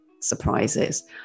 surprises